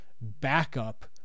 backup